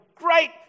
great